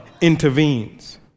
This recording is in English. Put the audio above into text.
intervenes